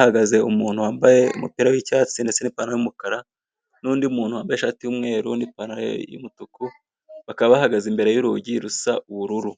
hagaze umuntu wambaye umupira w'icyatsi ndetse n'ipantaro y'umukara n'undi muntu wambaye ishati y'umweru n'ipantaro y'umutuku bakaba bahagaze imbere y'urugi rusa ubururu